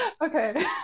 okay